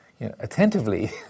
attentively